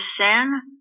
sin